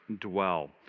dwell